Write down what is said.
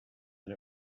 and